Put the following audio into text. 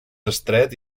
estret